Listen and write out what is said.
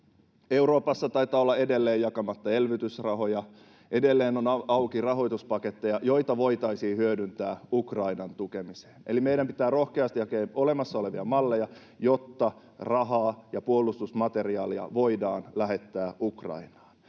Euroopassa taitaa olla edelleen jakamatta elvytysrahoja ja edelleen on auki rahoituspaketteja, joita voitaisiin hyödyntää Ukrainan tukemiseen. Eli meidän pitää rohkeasti hakea olemassa olevia malleja, jotta rahaa ja puolustusmateriaalia voidaan lähettää Ukrainaan.